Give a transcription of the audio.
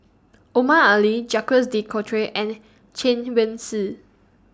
Omar Ali Jacques De Coutre and Chen Wen Hsi